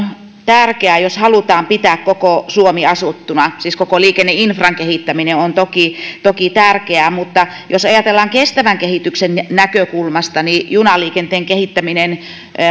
tärkeä jos halutaan pitää koko suomi asuttuna siis koko liikenneinfran kehittäminen on toki toki tärkeää mutta jos ajatellaan kestävän kehityksen näkökulmasta niin junaliikenteen